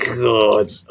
God